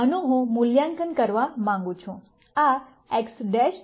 આનું હું મૂલ્યાંકન કરવા માંગું છું